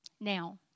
Now